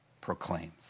proclaims